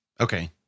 Okay